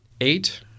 eight